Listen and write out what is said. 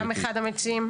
גם אחד המציעים.